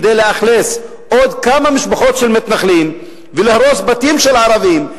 כדי לאכלס עוד כמה משפחות של מתנחלים ולהרוס בתים של ערבים,